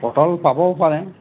পটল পাবও পাৰে